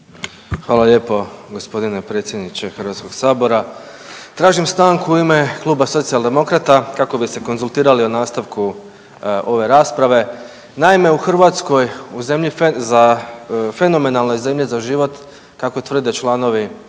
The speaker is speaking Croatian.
Hvala lijepo g. predsjedniče HS-a. Tražim stanku u ime Kluba socijaldemokrata kako bi se konzultirali o nastavku ove rasprave. Naime, u Hrvatskoj u fenomenalnoj zemlji za život kako tvrde neki članovi vlade